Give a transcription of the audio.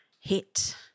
hit